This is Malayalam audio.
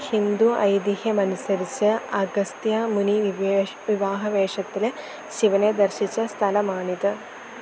ഹിന്ദു ഐതിഹ്യമനുസരിച്ച് അഗസ്ത്യ മുനി വിവാഹവേഷത്തിൽ ശിവനെ ദർശിച്ച സ്ഥലമാണിത്